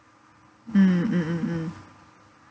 mm mm mm mm